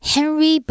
Henry